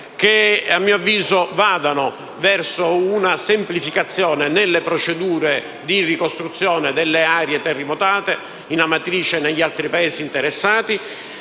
che vanno verso una semplificazione delle procedure di ricostruzione delle aree terremotate ad Amatrice e negli altri paesi interessati